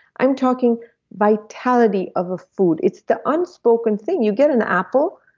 i'm talking vitality of a food. it's the unspoken thing. you get an apple,